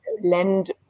lend